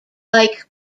like